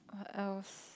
what else